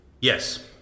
Yes